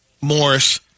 Morris